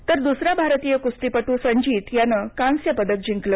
तर द्सरा भारतीय कुस्तीपटू संजीत यानं कांस्यपदक जिंकलं